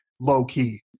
low-key